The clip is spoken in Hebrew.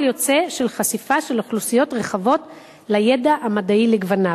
יוצא של חשיפה של אוכלוסיות רחבות לידע המדעי לגווניו.